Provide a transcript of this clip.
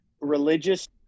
religious